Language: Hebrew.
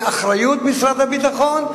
באחריות משרד הביטחון,